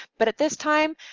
but at this time,